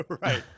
Right